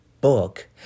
book